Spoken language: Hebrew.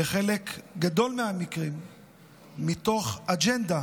בחלק גדול מהמקרים מתוך אג'נדה